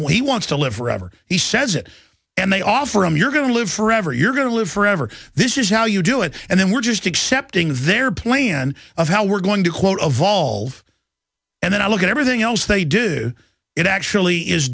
when he wants to live forever he says it and they offer him you're going to live forever you're going to live forever this is how you do it and then we're just accepting their plan of how we're going to quote evolve and then i look at everything else they do it actually is